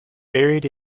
buried